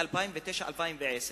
2009 2010,